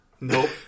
Nope